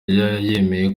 yemeye